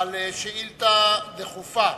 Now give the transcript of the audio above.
על שאילתא דחופה